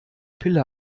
pille